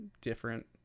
different